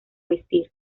vestir